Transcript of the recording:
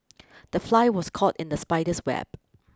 the fly was caught in the spider's web